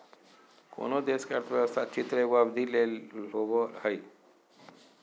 कोनो देश के अर्थव्यवस्था चित्र एगो अवधि ले होवो हइ